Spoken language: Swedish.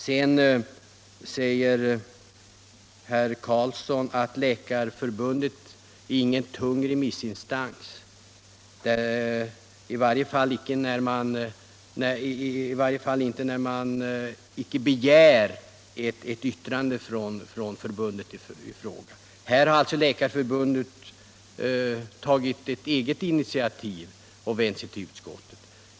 Sedan säger herr Karlsson i Huskvarna att Läkarförbundet inte är någon tung remissinstans, i varje fall inte när utskottet inte begär ett yttrande från förbundet. Här har Läkarförbundet alltså tagit ett eget initiativ och vänt sig till utskottet.